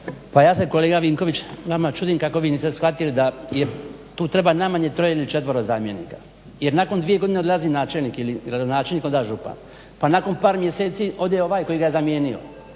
Pa ja se kolega Vinković vama čudim kako vi niste shvatili da tu treba najmanje troje ili četvero zamjenika jer nakon dvije godine odlazi načelnik ili gradonačelnik pa onda župan, pa nakon par mjeseci ode ovaj koji ga je zamijenio